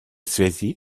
связи